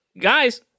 guys